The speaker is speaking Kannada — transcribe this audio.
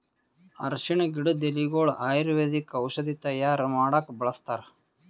ಅರ್ಷಿಣ್ ಗಿಡದ್ ಎಲಿಗೊಳು ಆಯುರ್ವೇದಿಕ್ ಔಷಧಿ ತೈಯಾರ್ ಮಾಡಕ್ಕ್ ಬಳಸ್ತಾರ್